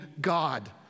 God